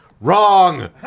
Wrong